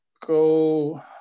go